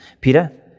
Peter